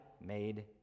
made